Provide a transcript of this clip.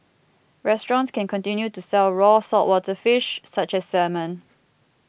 restaurants can continue to sell raw saltwater fish such as salmon